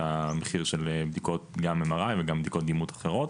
המחיר של בדיקות MRI וגם בדיקות דימות אחרות.